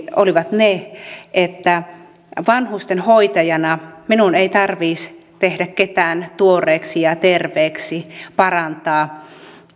olivat ne että vanhusten hoitajana minun ei tarvitsisi ketään tuoreeksi ja terveeksi parantaa